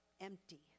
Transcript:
empty